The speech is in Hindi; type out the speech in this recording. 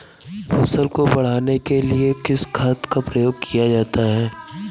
फसल को बढ़ाने के लिए किस खाद का प्रयोग किया जाता है?